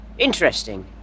Interesting